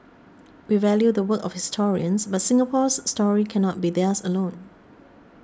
we value the work of historians but Singapore's story cannot be theirs alone